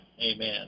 Amen